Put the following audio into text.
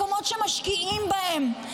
מקומות שמשקיעים בהם,